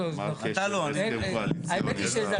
מה הקשר בין הסכם קואליציוני --- פרופסור,